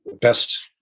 best